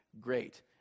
great